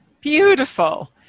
beautiful